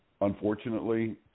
unfortunately